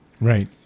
Right